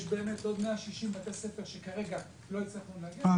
יש באמת עוד 160 בתי ספר שכרגע לא הצלחנו להגיע אליהם.